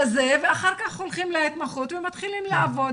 ואחר כך הולכים להתמחות ומתחילים לעבוד,